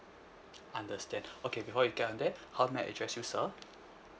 understand okay before you can and then how may I address you sir